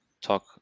talk